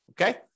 okay